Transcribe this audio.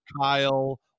Kyle